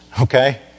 okay